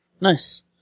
Nice